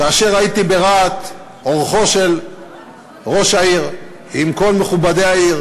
ברהט הייתי אורחו של ראש העיר, עם כל מכובדי העיר.